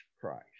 Christ